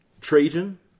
Trajan